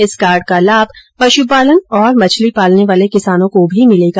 इस कार्ड का लाभ पशुपालन और मछली पालने वाले किसानों को भी मिलेगा